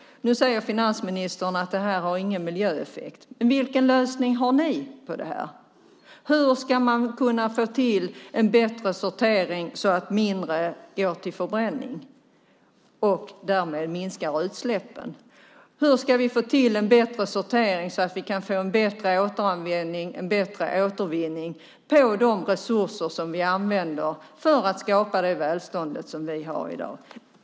Nu säger finansministern att den inte har någon miljöeffekt. Vilken lösning har ni på det? Hur ska man få till stånd en bättre sortering så att mindre går till förbränning och utsläppen därmed minskar? Hur ska vi få en bättre sortering så att vi kan få en bättre återanvändning och återvinning av de resurser som vi använder för att skapa det välstånd som vi har i dag?